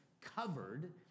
covered